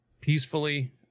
peacefully